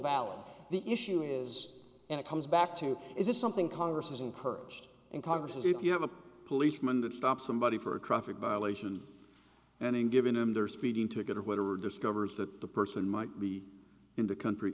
valid the issue is and it comes back to is this something congress has encouraged in congress is if you have a policeman that stops somebody for a traffic violation and given him their speeding ticket or whether or discovers that the person might be in the country